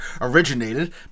originated